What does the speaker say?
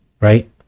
Right